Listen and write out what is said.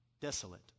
desolate